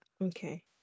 okay